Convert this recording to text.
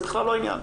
זה בכלל לא העניין.